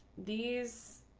these.